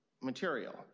material